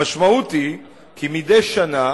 המשמעות היא שמדי שנה